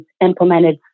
implemented